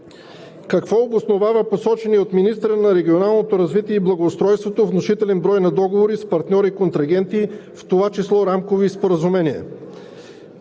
Какво обосновава посочения от министъра на регионалното развитие и благоустройството внушителен брой на договори с партньори-контрагенти, в това число рамкови споразумения?